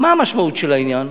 מה המשמעות של העניין?